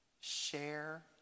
Share